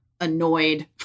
annoyed